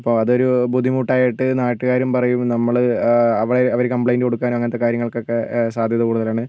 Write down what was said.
അപ്പോൾ അതൊരു ബുദ്ധിമുട്ടായിട്ട് നാട്ടുകാരും പറയും നമ്മൾ അവരെ അവർ കംപ്ലൈൻറ്റ് കൊടുക്കാനും അങ്ങനത്തെ കാര്യങ്ങൾക്കൊക്കെ സാധ്യത കൂടുതൽ ആണ്